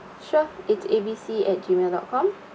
sure it's A B C at G mail dot com